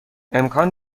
امکان